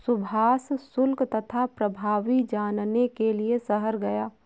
सुभाष शुल्क तथा प्रभावी जानने के लिए शहर गया